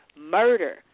murder